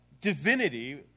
divinity